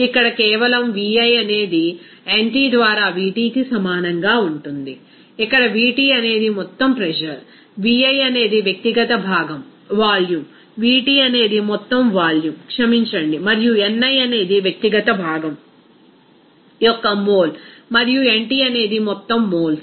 కాబట్టి ఇక్కడ కేవలం Vi అనేది nt ద్వారా Vtకి సమానంగా ఉంటుంది ఇక్కడ Vt అనేది మొత్తం ప్రెజర్ Vi అనేది వ్యక్తిగత భాగం వాల్యూమ్ Vt అనేది మొత్తం వాల్యూమ్ క్షమించండి మరియు ni అనేది వ్యక్తిగత భాగం యొక్క మోల్ మరియు nt అనేది మొత్తం మోల్స్